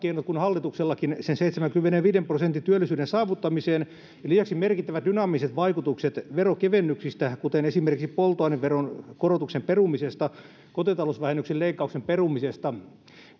keinot kuin hallituksellakin sen seitsemänkymmenenviiden prosentin työllisyyden saavuttamiseen lisäksi merkittävät dynaamiset vaikutukset veronkevennyksistä kuten polttoaineveron korotuksen perumisesta kotitalousvähennyksen leikkauksen perumisesta